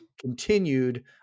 continued